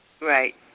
Right